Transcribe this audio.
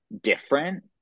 different